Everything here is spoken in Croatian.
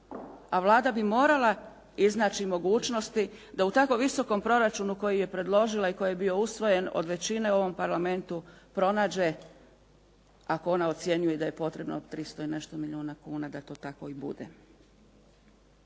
A Vlada bi morala iznaći mogućnosti da u tako visokom proračunu koji je predložila i koji je bio usvojen od većine u Parlamentu pronađe, ako ona ocjenjuje da je potrebno 300 i nešto milijuna kuna da to tako i bude.